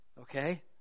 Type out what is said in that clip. Okay